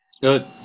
Good